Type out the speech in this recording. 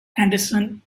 anderson